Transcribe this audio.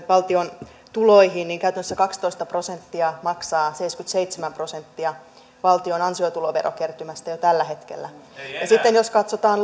valtion tuloihin niin käytännössä kaksitoista prosenttia maksaa seitsemänkymmentäseitsemän prosenttia valtion ansiotuloverokertymästä jo tällä hetkellä ja sitten jos katsotaan